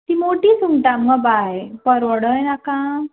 ती मोटीं सुंगटां मुगो बाय परवडोंक नाका